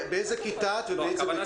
ובאיזה בית